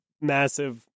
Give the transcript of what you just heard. massive